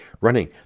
running